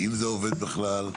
והאם זה עובד בכלל,